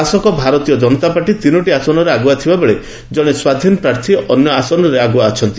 ଶାସକ ଭାରତୀୟ ଜନତା ପାର୍ଟି ତିନୋଟି ଆସନରେ ଆଗୁଆ ଥିବା ବେଳେ ଜଣେ ସ୍ୱାଧୀନ ପ୍ରାର୍ଥୀ ଅନ୍ୟ ଆସନଟିରେ ଆଗୁଆ ଅଛନ୍ତି